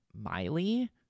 Miley